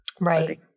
Right